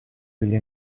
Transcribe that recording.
degli